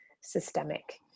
systemic